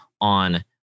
on